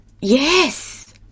yes